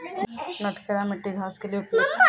नटखेरा मिट्टी घास के लिए उपयुक्त?